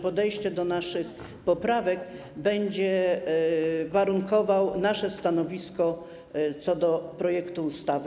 Podejście do naszych poprawek będzie warunkowało nasze stanowisko co do projektu ustawy.